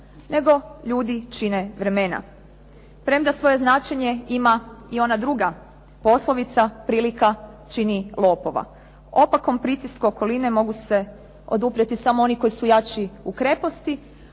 nego ljudi čine vremena. Premda svoje značenje ima i ona druga poslovica prilika čini lopova. Opakom pritisku okoline mogu se oduprijeti samo oni koji su jači u kreposti,